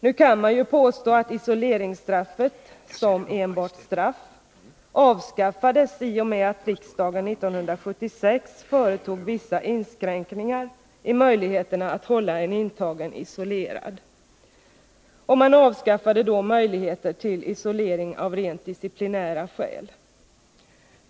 Nu kan ju påstås att isoleringsstraffet — som enbart straff — avskaffades i och med att riksdagen 1976 företog vissa inskränkningar i möjligheterna att hålla en intagen isolerad. Och man avskaffade då möjligheter till isolering av rent disciplinära skäl.